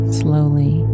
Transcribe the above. slowly